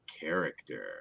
character